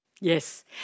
Yes